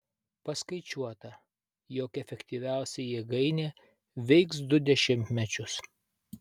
paskaičiuota jog efektyviausiai jėgainė veiks du dešimtmečius